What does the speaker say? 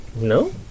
No